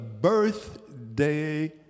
birthday